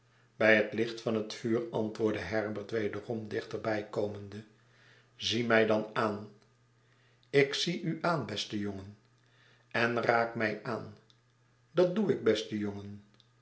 bij het licht van het vuur antwoordde herbert wederom dichterbij komende zie mij dan aan ik zie u aan beste jongen en raak mij aan dat doe ik beste jongen